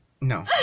No